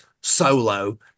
solo